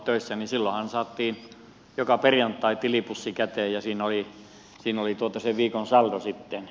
silloinhan saatiin joka perjantai tilipussi käteen ja siinä oli sen viikon saldo sitten